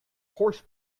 horse